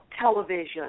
television